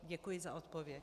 Děkuji za odpověď.